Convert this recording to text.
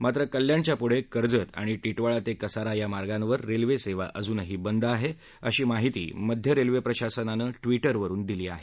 मात्र कल्याणच्यापुढे कर्जत आणि टिटवाळा ते कसारा या मार्गांवर रेल्वे सेवा अजूनही बंद आहे अशी माहिती मध्य रेल्वे प्रशासनानं ट्विटरवरून दिली आहे